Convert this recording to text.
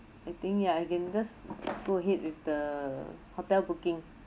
I think ya I can just go ahead with the hotel booking